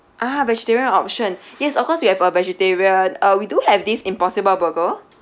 ah vegetarian option yes of course we have uh vegetarian uh we do have this impossible burger